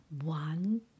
one